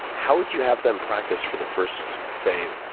how would you have them practice for the first, say,